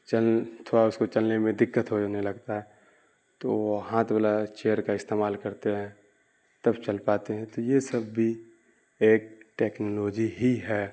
چل تھوڑا اس کو چلنے میں دقت ہو جانے لگتا ہے تو وہ ہاتھ والا چیئر کا استعمال کرتے ہیں تب چل پاتے ہیں تو یہ سب بھی ایک ٹیکنالوجی ہی ہے